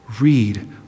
Read